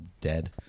dead